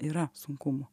yra sunkumų